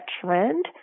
trend